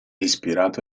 ispirato